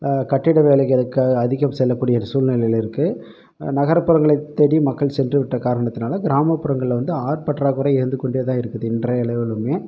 கட்டிட வேலைகளுக்காக அதிகம் செல்லக்கூடிய சூழ்நிலையில் இருக்குது நகர்ப்புறங்களைத் தேடி மக்கள் சென்றுவிட்ட காரணத்தினால் கிராமப்புறங்களில் வந்து ஆள் பற்றாக்குறை இருந்துக்கொண்டேதான் இருக்குது இன்றைய அளவிலுமே